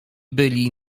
byli